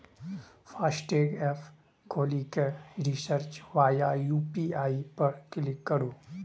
FASTag app खोलि कें recharge via UPI पर क्लिक करू